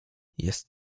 jest